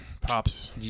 Pops